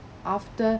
after